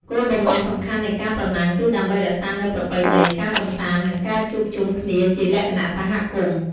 គោលបំណងសំខាន់នៃការប្រណាំងគឺដើម្បីរក្សានូវប្រពៃណី ការកម្សាន្ត និងការជួបជុំគ្នាជាលក្ខណៈសហគមន៍។